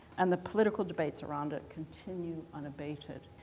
and the political debates around it continue unabated.